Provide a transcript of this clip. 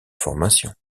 formation